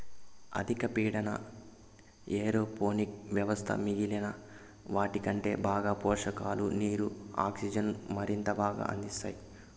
అధిక పీడన ఏరోపోనిక్ వ్యవస్థ మిగిలిన వాటికంటే బాగా పోషకాలు, నీరు, ఆక్సిజన్ను మరింత బాగా అందిస్తాయి